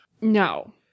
no